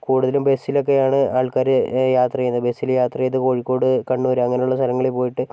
കൂടുതലും ബസ്സിലൊക്കെയാണ് ആൾക്കാർ യാത്ര ചെയ്യുന്നത് ബസ്സിൽ യാത്ര ചെയ്ത് കോഴിക്കോട് കണ്ണൂർ അങ്ങനെ ഉള്ള സ്ഥലങ്ങളിൽ പോയിട്ട്